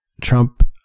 Trump